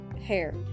hair